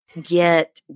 get